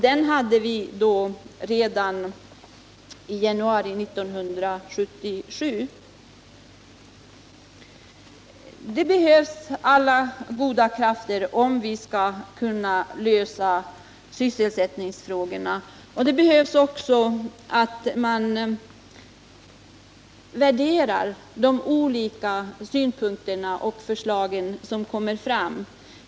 Alla goda krafters medverkan behövs om vi skall kunna lösa sysselsättningsfrågorna. Det är också nödvändigt att man tar upp och värderar de olika förslag som kommer fram.